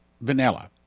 vanilla